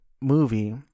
movie